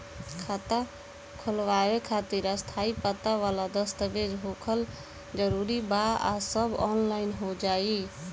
खाता खोलवावे खातिर स्थायी पता वाला दस्तावेज़ होखल जरूरी बा आ सब ऑनलाइन हो जाई?